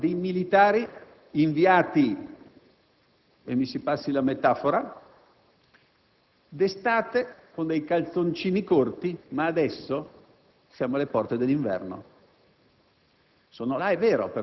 e sappiamo che abbiamo dei militari inviati - mi si passi la metafora - d'estate con dei calzoncini corti, mentre adesso siamo alle porte dell'inverno.